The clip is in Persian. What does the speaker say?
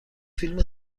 فیلم